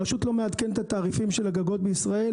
הרשות לא מעדכנת את התעריפים של הגגות בישראל.